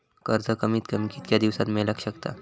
कर्ज कमीत कमी कितक्या दिवसात मेलक शकता?